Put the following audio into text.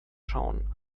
schauen